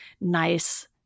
nice